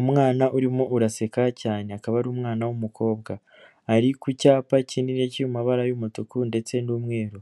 Umwana urimo uraseka cyane akaba ari umwana w'umukobwa, ari ku cyapa kinini cy'amabara kiri mu mabara y'umutuku ndetse n'umweru,